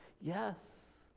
yes